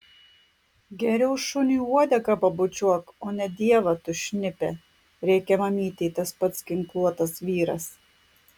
geriau šuniui uodegą pabučiuok o ne dievą tu šnipe rėkė mamytei tas pats ginkluotas vyras